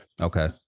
Okay